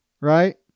Right